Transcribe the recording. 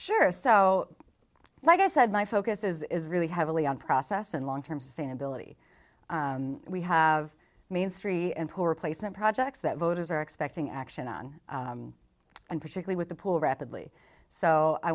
sure so like i said my focus is really heavily on process and long term sustainability we have main street and poor placement projects that voters are expecting action on and particular with the poor rapidly so i